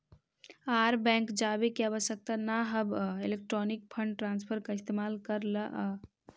आर bank जावे के आवश्यकता न हवअ इलेक्ट्रॉनिक फंड ट्रांसफर का इस्तेमाल कर लअ